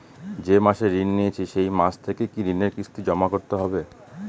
যে মাসে ঋণ নিয়েছি সেই মাস থেকেই কি ঋণের কিস্তি জমা করতে হবে?